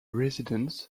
residents